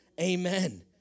Amen